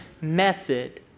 method